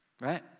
right